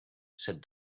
said